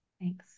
Thanks